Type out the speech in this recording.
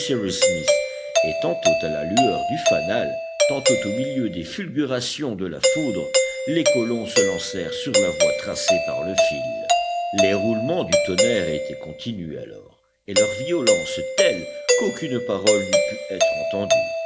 et tantôt à la lueur du fanal tantôt au milieu des fulgurations de la foudre les colons se lancèrent sur la voie tracée par le fil les roulements du tonnerre étaient continus alors et leur violence telle qu'aucune parole n'eût pu être entendue